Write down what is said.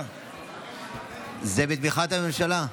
זה בתמיכת הממשלה.